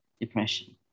depression